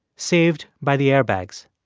saved by the airbags.